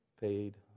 paid